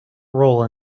role